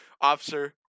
Officer